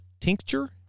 tincture